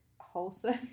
wholesome